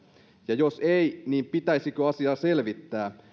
ja jos ei niin pitäisikö asiaa selvittää